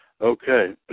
Okay